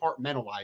departmentalize